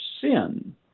sin